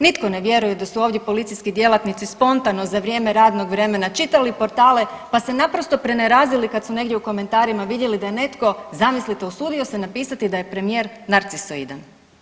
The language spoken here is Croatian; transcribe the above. Nitko ne vjeruje da su ovdje policijski djelatnici spontano za vrijeme radnog vremena čitali portale, pa se naprosto prenerazili kad su negdje u komentarima vidjeli da je netko zamislite usudio se napisati da je premijer narcisoidan.